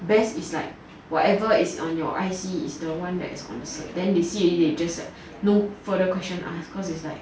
best is like whatever is on your I_C is the one that is that's on your cert then they see already no further questions asked cause it's like